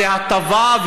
וזו הטבה,